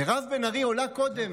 מירב בן ארי עולה קודם